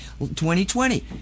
2020